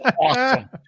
awesome